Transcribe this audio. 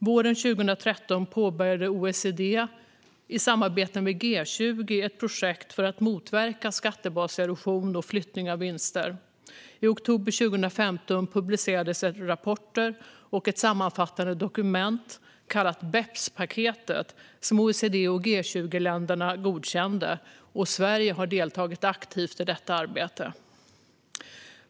Våren 2013 påbörjade OECD i samarbete med G20 ett projekt för att motverka skattebaserosion och flyttning av vinster. I oktober 2015 publicerades rapporter och ett sammanfattande dokument, kallat BEPS-paketet, som OECD och G20-länderna godkände. Sverige har deltagit aktivt i detta arbete.